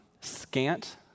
scant